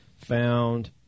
Found